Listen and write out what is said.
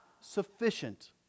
sufficient